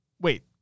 wait